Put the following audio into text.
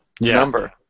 number